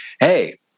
Hey